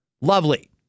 Lovely